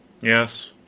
Yes